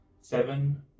Seven